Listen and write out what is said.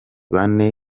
bane